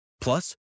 Plus